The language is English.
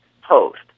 host